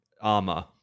armor